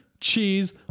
cheese